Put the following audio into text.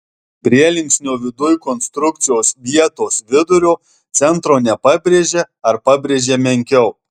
prielinksnio viduj konstrukcijos vietos vidurio centro nepabrėžia ar pabrėžia menkiau